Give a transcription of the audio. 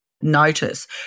notice